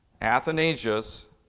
Athanasius